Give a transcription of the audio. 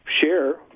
share